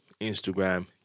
Instagram